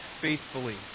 faithfully